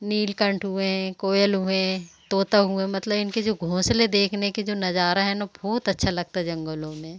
नीलकंठ हुए कोयल हुए तोता हुए मतलब इनके जो घोंसले देखने के जो नज़ारा है न बहुत अच्छा लगता जंगलों में